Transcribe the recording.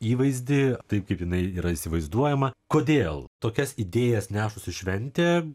įvaizdį taip kaip jinai yra įsivaizduojama kodėl tokias idėjas nešusi šventė